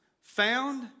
found